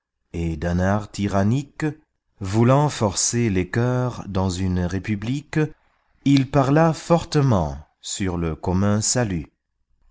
et d'un art tyrannique voulant forcer les cœurs dans une république il parla fortement sur le commun salut